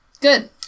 Good